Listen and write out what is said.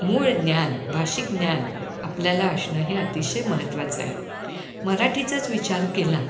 मूळ ज्ञान भाषिक ज्ञान आपल्याला असणं हे अतिशय महत्त्वाचं आहे मराठीचाच विचार केला